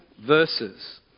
verses